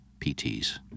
pts